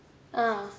ah